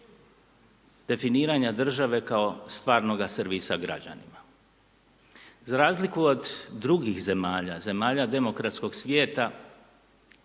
definiranja države kao stvarnoga servisa građanima. Za razliku od drugih zemalja, zemalja demokratskog svijeta,